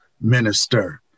minister